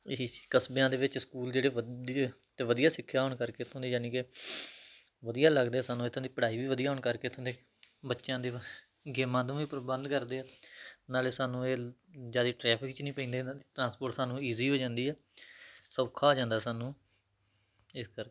ਇਹੀ ਕਸਬਿਆਂ ਦੇ ਵਿੱਚ ਸਕੂਲ ਜਿਹੜੇ ਵਧੀਆ ਅਤੇ ਵਧੀਆ ਸਿੱਖਿਆ ਹੋਣ ਕਰਕੇ ਇੱਥੋਂ ਦੇ ਯਾਨੀ ਕਿ ਵਧੀਆ ਲੱਗਦੇ ਸਾਨੂੰ ਇੱਥੋਂ ਦੀ ਪੜ੍ਹਾਈ ਵੀ ਵਧੀਆ ਹੋਣ ਕਰਕੇ ਇੱਥੋਂ ਦੇ ਬੱਚਿਆਂ ਦੇ ਗੇਮਾਂ ਨੂੰ ਵੀ ਪ੍ਰਬੰਧ ਕਰਦੇ ਆ ਨਾਲੇ ਸਾਨੂੰ ਇਹ ਜ਼ਿਆਦਾ ਟ੍ਰੈਫਿਕ 'ਚ ਨਹੀਂ ਪੈਂਦੇ ਇਹਨਾਂ ਦੀ ਟ੍ਰਾਂਸਪੋਰਟ ਸਾਨੂੰ ਈਜ਼ੀ ਹੋ ਜਾਂਦੀ ਆ ਸੌਖਾ ਹੋ ਜਾਂਦਾ ਸਾਨੂੰ ਇਸ ਕਰਕੇ